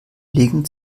liegen